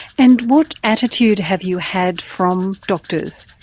and what attitude have you had from doctors?